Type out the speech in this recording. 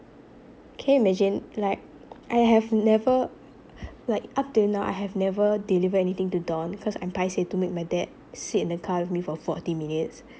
can you imagine like I have never like up till now I have never delivered anything to dawn cause I'm paiseh to make my dad sit in the car with me for forty minutes